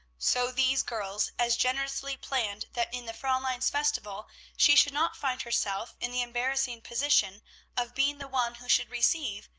so these girls as generously planned that in the fraulein's festival she should not find herself in the embarrassing position of being the one who should receive,